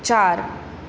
चार